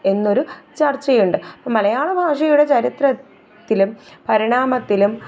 എന്നൊരു ചര്ച്ചയുണ്ട് അപ്പോൾ മലയാള ഭാഷയുടെ ചരിത്രത്തിലും പരിണാമത്തിലും